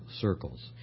circles